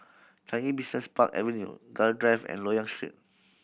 Changi Business Park Avenue Gul Drive and Loyang Street